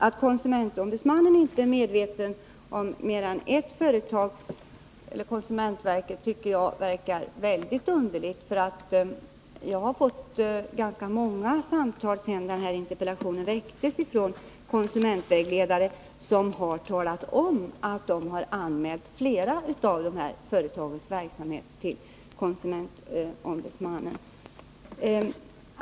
Att KO inte känner till mer än ett företag är väldigt underligt. Efter det att jag framställde interpellationen har jag fått ganska många samtal från konsumentvägledare som har talat om att de har anmält flera av de här företagens verksamhet till KO.